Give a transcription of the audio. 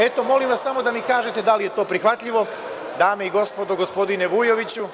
Eto, molim vas, samo da mi kažete da li je to prihvatljivo, Dame i gospodo, gospodine Vujoviću.